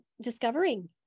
discovering